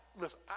listen